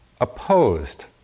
opposed